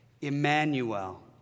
Emmanuel